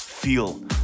Feel